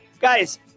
guys